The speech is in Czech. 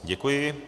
Děkuji.